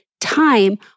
time